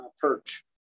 perch